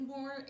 more